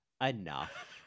enough